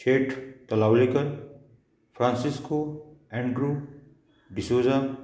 Sheth Talavlekar Francisco Andrew D'Souza